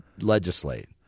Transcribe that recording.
legislate